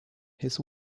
his